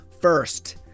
First